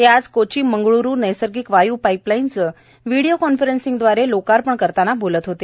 ते आज कोची मंगळ्रू नैसर्गिक वाय् पाईपलाईनचं व्हीडीओ कॉन्फरन्सिंगदवारे लोकार्पण करताना बोलत होते